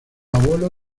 abuelo